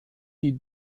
die